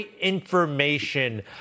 information